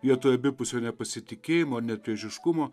vietoj abipusio nepasitikėjimo net priešiškumo